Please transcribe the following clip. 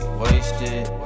wasted